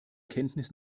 kenntnis